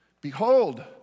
behold